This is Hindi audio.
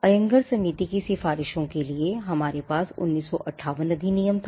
आयंगर समिति की सिफारिशों के लिए हमारे पास 1958 अधिनियम था